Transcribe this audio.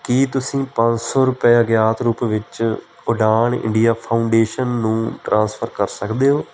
ਕੀ ਤੁਸੀਂਂ ਪੰਜ ਸੌ ਰੁਪਏ ਅਗਿਆਤ ਰੂਪ ਵਿੱਚ ਉਡਾਣ ਇੰਡੀਆ ਫਾਉਂਡੇਸ਼ਨ ਨੂੰ ਟ੍ਰਾਂਸਫਰ ਕਰ ਸਕਦੇ ਹੋ